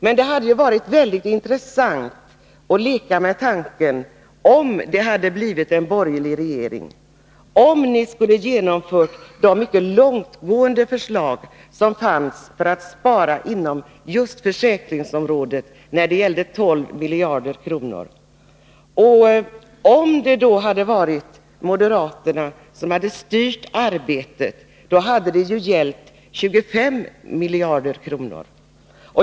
Det hade emellertid varit mycket intressant att leka med tanken om en borgerlig regering skulle ha genomfört de mycket långtgående förslag som fanns för sparande inom just försäkringsområdet. Det gällde ju 12 miljarder kronor. Hade moderaterna styrt arbetet, hade det kommit att gälla 25 miljarder kronor.